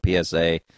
PSA